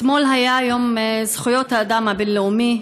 אתמול היה יום זכויות האדם הבין-לאומי.